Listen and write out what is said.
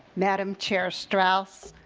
madam chair strauss,